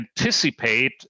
anticipate